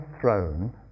throne